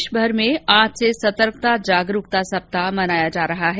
देशभर में आज से सतर्कता जागरूकता सप्ताह मनाया जा रहा है